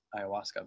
ayahuasca